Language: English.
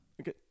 Okay